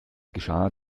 geschah